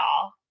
y'all